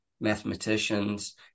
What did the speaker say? mathematicians